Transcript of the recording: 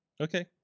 Okay